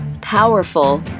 powerful